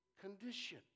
Condition